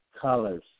colors